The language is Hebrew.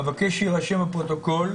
אבקש שיירשם בפרוטוקול: